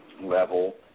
level